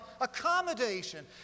accommodation